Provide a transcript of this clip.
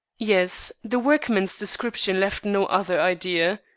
yes the workmen's description left no other idea.